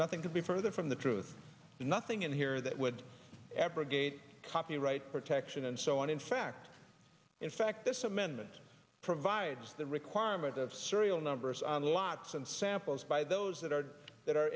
nothing could be further from the truth nothing in here that would abrogate copyright protection and so on in fact in fact this amendment provides the requirement of serial numbers on lots and samples by those that are that are